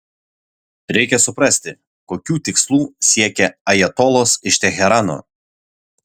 reikia suprasti kokių tikslų siekia ajatolos iš teherano